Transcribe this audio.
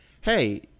hey